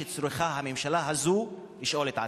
שצריכה הממשלה הזאת לשאול את עצמה.